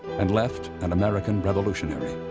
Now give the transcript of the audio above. and left an american revolutionary.